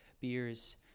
beers